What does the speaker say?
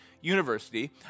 University